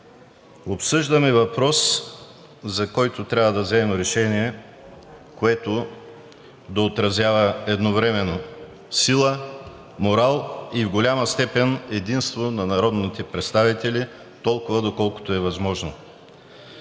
Обсъждаме въпрос, за който трябва да вземем решение, което да отразява едновременно сила, морал и в голяма степен единство на народните представители толкова, колкото е възможно.